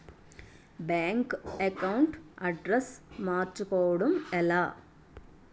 Bank account address మార్చుకోవడం ఎలా?